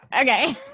Okay